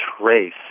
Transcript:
trace